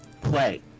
play